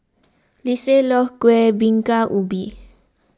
Lisette loves Kuih Bingka Ubi